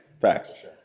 Facts